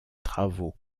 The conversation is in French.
travaux